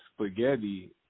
spaghetti